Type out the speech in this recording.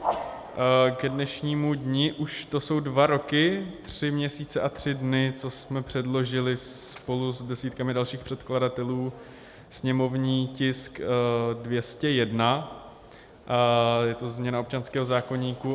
K dnešnímu dni už to jsou dva roky, tři měsíce a tři dny, co jsme předložili spolu s desítkami dalších předkladatelů sněmovní tisk 201, je to změna občanského zákoníku.